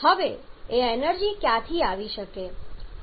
હવે એ એનર્જી ક્યાંથી આવી શકે